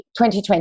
2020